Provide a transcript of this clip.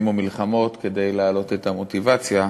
או מלחמות כדי להעלות את המוטיבציה.